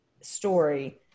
story